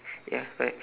ya correct